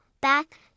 back